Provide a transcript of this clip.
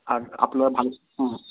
আর আপনার ভালো হুম